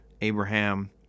Abraham